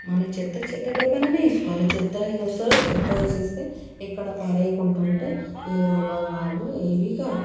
మన చెత్త చెత్త డబ్బాలోనే వేసుకోవాలి చెత్త ఆయన వస్తారు చెత్త వేసేస్తే ఎక్కడ పడయకుండా ఉంటే ఏ రోగాలు రావు ఏవి రావు